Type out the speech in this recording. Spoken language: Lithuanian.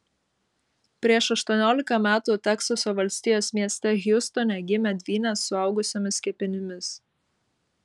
prieš aštuoniolika metų teksaso valstijos mieste hjustone gimė dvynės suaugusiomis kepenimis